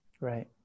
Right